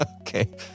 Okay